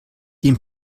den